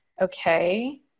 okay